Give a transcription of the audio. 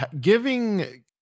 giving